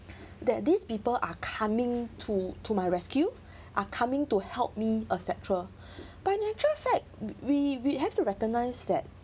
that these people are coming to to my rescue are coming to help me etcetera by nature fact we we have to recognise that